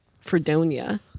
Fredonia